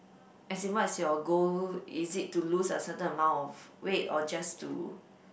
as in what is your goal is it to lose a certain amount of weight or just to